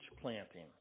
planting